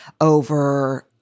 over